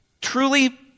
truly